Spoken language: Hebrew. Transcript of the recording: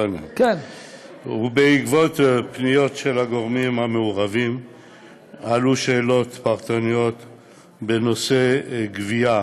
ובעקבות פניות של הגורמים המעורבים עלו שאלות פרשניות בנושא גביית